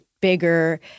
bigger